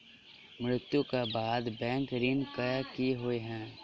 मृत्यु कऽ बाद बैंक ऋण कऽ की होइ है?